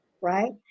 right